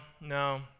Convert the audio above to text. no